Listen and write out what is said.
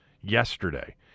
yesterday